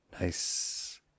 Nice